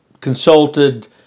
consulted